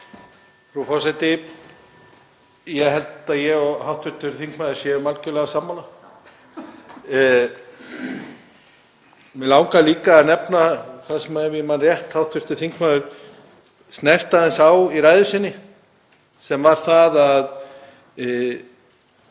Frú forseti. Ég held að ég og hv. þingmaður séum algerlega sammála. Mig langar líka að nefna það sem, ef ég man rétt, hv. þingmaður snerti aðeins á í ræðu sinni sem var að það